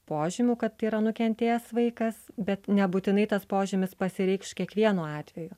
požymių kad tai yra nukentėjęs vaikas bet nebūtinai tas požymis pasireikš kiekvienu atveju